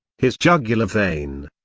his jugular vein,